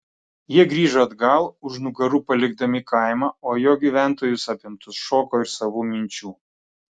jie grįžo atgal už nugarų palikdami kaimą o jo gyventojus apimtus šoko ir savų minčių